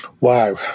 Wow